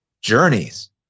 journeys